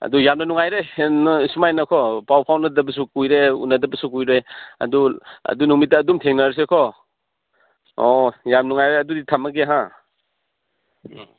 ꯑꯗꯨ ꯌꯥꯝꯅ ꯅꯨꯡꯉꯥꯏꯔꯦ ꯍꯦꯟꯅ ꯁꯨꯃꯥꯏꯅꯀꯣ ꯄꯥꯎ ꯐꯥꯎꯅꯗꯕꯁꯨ ꯀꯨꯏꯔꯦ ꯎꯅꯗꯕꯁꯨ ꯀꯨꯏꯔꯦ ꯑꯗꯨ ꯑꯗꯨ ꯅꯨꯃꯤꯠꯇ ꯑꯗꯨꯝ ꯊꯦꯡꯅꯔꯁꯦꯀꯣ ꯑꯣ ꯌꯥꯝ ꯅꯨꯡꯉꯥꯏꯔꯦ ꯑꯗꯨꯗꯤ ꯊꯝꯂꯒꯦ ꯍꯥ ꯎꯝ